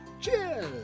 Cheers